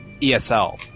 ESL